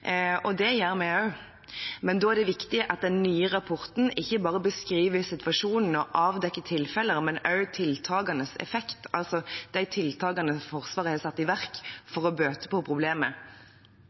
og det gjør vi også, men da er det viktig at den nye rapporten ikke bare beskriver situasjonen og avdekker tilfeller, men også tiltakenes effekt, altså de tiltakene Forsvaret har satt i verk